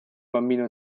bambino